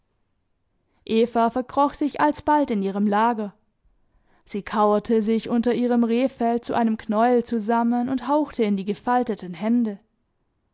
verkroch sich alsbald in ihrem lager sie kauerte sich unter ihrem rehfell zu einem knäuel zusammen und hauchte in die gefalteten hände